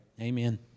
amen